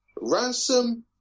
Ransom